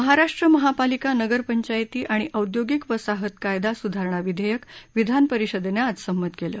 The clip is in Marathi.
महाराष्ट्र महापालिका नगरपंचायती आणि औदयोगिक वसाहत कायदा सुधारणा विधेयक विधान परिषदेनं आज संमत केलं